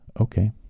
Okay